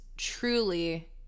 truly